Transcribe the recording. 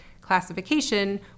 classification